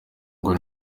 ngo